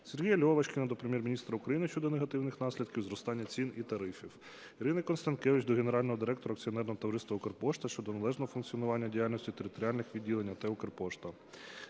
Сергія Льовочкіна до Прем'єр-міністра України щодо негативних наслідків зростання цін і тарифів. Ірини Констанкевич до генерального директора Акціонерного товариства "Укрпошта" щодо належного функціонування діяльності територіальних відділень АТ "Укрпошта".